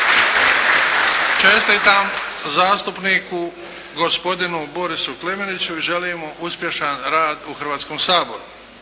Čestitam zastupniku Borisu Klemeniću i želim mu uspješan rad u Hrvatskom saboru.